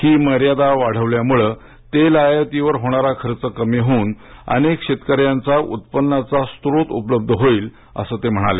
ही मर्यादा वाढवल्यामुळे तेल आयातीवर होणारा खर्च कमी होऊन अनेक शेतकऱ्यांना उत्पन्नाचा स्रोत उपलब्ध होईल असे ते यावेळी म्हणाले